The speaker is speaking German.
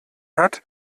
hat